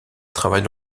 travaille